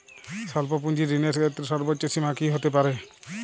স্বল্প পুঁজির ঋণের ক্ষেত্রে সর্ব্বোচ্চ সীমা কী হতে পারে?